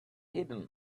hidden